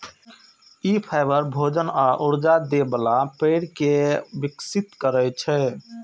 ई fibre, भोजन आ ऊर्जा दै बला पेड़ कें विकसित करै छै